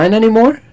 anymore